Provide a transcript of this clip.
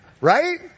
Right